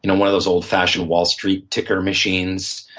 you know one of those old fashioned wall street ticker machines.